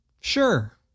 Sure